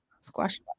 Squash